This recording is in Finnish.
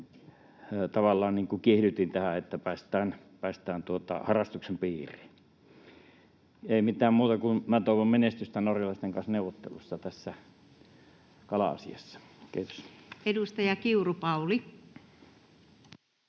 tavallaan kiihdytin tähän, että päästään harrastuksen piiriin. Ei mitään muuta kuin että minä toivon menestystä norjalaisten kanssa neuvotteluissa tässä kala-asiassa. — Kiitos.